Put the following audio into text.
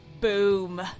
Boom